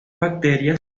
bacterias